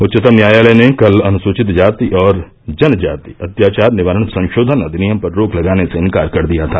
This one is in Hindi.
उच्चतम न्यायालय ने कल अनुसूचित जाति और जनजाति अत्याचार निवारण संशोधन अधिनियम पर रोक लगाने से इंकार कर दिया था